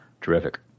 terrific